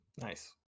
Nice